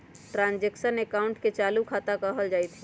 transaction अकाउंटे के चालू खता कहल जाइत हइ